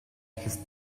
his